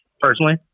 personally